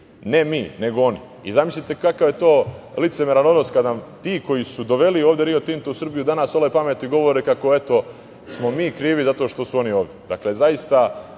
ne mi nego oni. I zamislite kakav je to licemeran odnos kad nam ti koji su doveli ovde "Rio Tinto" u Srbiju danas sole pamet i govore kako, eto, smo mi krivi zato što su oni ovde. Zaista